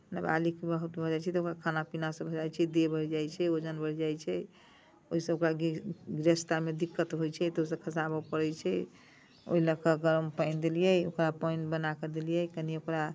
नबालिग बहुत भऽ जाइत छै तऽ ओकरा खाना पीनासँ भऽ जाइत छै देह बढ़ि जाइत छै ओजन बढ़ि जाइत छै ओहिसँ ओकरा गिर रास्तामे दिक्कत होइत छै तऽ ओसभ खसाबय पड़ैत छै ओहि लऽ कऽ गरम पानि देलियै ओकरा पानि बना कऽ देलियै कनी ओकरा